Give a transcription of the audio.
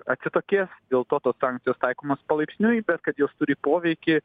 atsitokės dėl to tos sankcijos taikomos palaipsniui bet kad jos turi poveikį